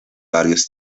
varios